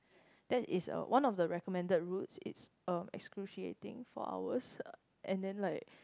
that is a one of the recommended routes is uh exruciating four hours and then like